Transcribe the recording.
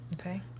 Okay